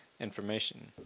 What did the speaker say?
information